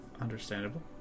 Understandable